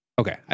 Okay